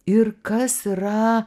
ir kas yra